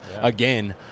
again